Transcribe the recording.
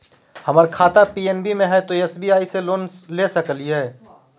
हमर खाता पी.एन.बी मे हय, तो एस.बी.आई से लोन ले सकलिए?